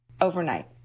overnight